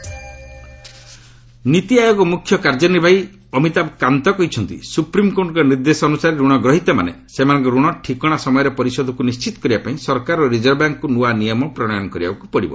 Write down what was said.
ନୀତି ଆୟୋଗ ଆର୍ବିଆଇ ନୀତି ଆୟୋଗ ମୁଖ୍ୟ କାର୍ଯ୍ୟନିର୍ବାହୀ ଅମିତାଭ୍ କାନ୍ତ୍ କହିଛନ୍ତି ସୁପ୍ରିମ୍କୋର୍ଟଙ୍କ ନିର୍ଦ୍ଦେଶ ଅନୁସାରେ ଋଣ ଗ୍ରହୀତାମାନେ ସେମାନଙ୍କର ଋଣ ଠିକଣା ସମୟରେ ପରିଶୋଧକୁ ନିର୍ଣ୍ଣିତ କରିବା ପାଇଁ ସରକାର ଓ ରିକର୍ଭ ବ୍ୟାଙ୍କ୍କୁ ନୃଆ ନିୟମ ପ୍ରଣୟନ କରିବାକୁ ପଡ଼ିବ